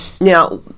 Now